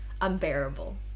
unbearable